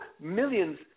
millions